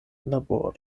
laboro